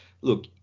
look